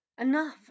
Enough